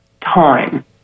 time